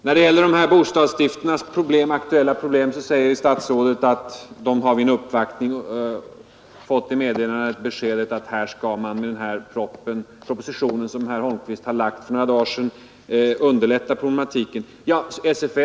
När det gäller studentbostadsstiftelsernas aktuella problem säger statsrådet att studenterna vid uppvaktning fått beskedet att man med den proposition som statsrådet Holmqvist lade fram för några dagar sedan kommer att underlätta lösningen av problematiken.